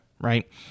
right